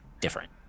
different